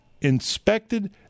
inspected